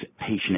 patient